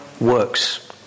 Works